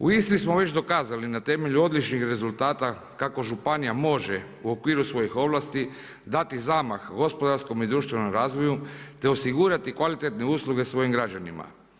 U Istri smo već dokazali na temelju odličnih rezultata kako županija može u okviru svojih ovlasti dati zamah gospodarskom i društvenom razvoju, te osigurati kvalitetne usluge svojim građanima.